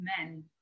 men